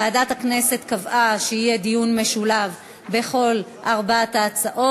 ועדת הכנסת קבעה שיהיה דיון משולב בכל ארבע ההצעות.